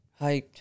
Hyped